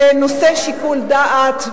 בנושא שיקול דעת,